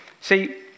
See